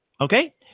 okay